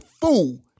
fool